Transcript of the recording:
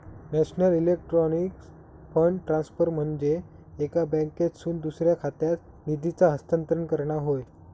national electronic fund transfer म्हनजे एका बँकेतसून दुसऱ्या खात्यात निधीचा हस्तांतरण करणा होय